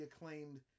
acclaimed